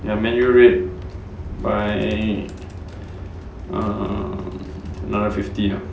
ya man U red buy err another fifty ah